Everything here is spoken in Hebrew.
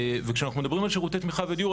כשאנחנו מדברים על שירותי תמיכה ודיור,